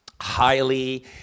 highly